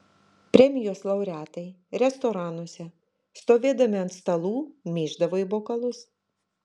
premijos laureatai restoranuose stovėdami ant stalų myždavo į bokalus